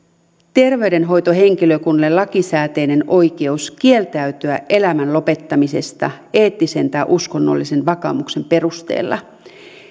terveydenhoitohenkilökunnalle lakisääteinen oikeus kieltäytyä elämän lopettamisesta eettisen tai uskonnollisen vakaumuksen perusteella